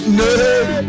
name